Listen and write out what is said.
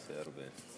עושה הרבה.